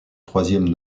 troisièmes